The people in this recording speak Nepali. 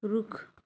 रुख